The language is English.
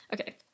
okay